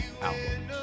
album